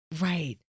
right